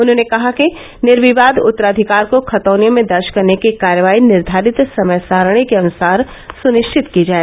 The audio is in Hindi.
उन्होंने कहा कि निर्विवाद उत्तराधिकार को खतौनियों में दर्ज करने की कार्यवाही निर्धारित समय सारणी के अनुसार सुनिश्चित की जाए